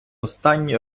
останні